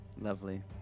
Lovely